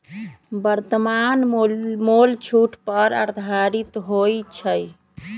वर्तमान मोल छूट पर आधारित होइ छइ